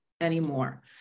anymore